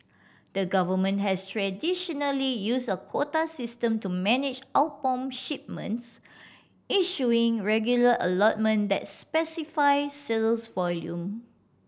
the government has traditionally used a quota system to manage outbound shipments issuing regular allotment that specify sales volume